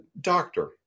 doctor